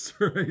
right